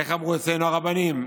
איך אמרו אצלנו הרבנים?